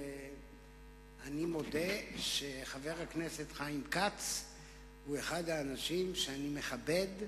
אני מודה שחבר הכנסת חיים כץ הוא אחד האנשים שאני מכבד,